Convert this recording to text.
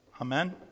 Amen